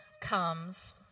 comes